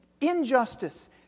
injustice